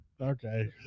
Okay